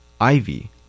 Ivy